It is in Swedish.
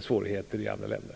svårigheter i andra länder.